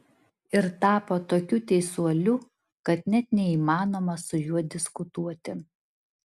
ir tapo tokiu teisuoliu kad net neįmanoma su juo diskutuoti